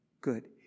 good